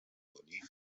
کنی